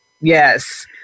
yes